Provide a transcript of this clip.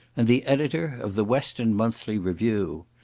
and the editor of the western monthly review.